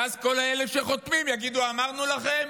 ואז כל אלה שחותמים יגידו: אמרנו לכם,